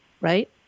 right